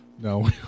No